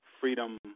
freedom